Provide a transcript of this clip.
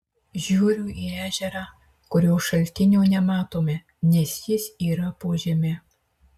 žiūriu į ežerą kurio šaltinio nematome nes jis yra po žeme